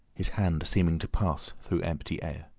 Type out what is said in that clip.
his hand seeming to pass through empty air.